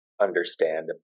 understand